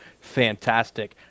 fantastic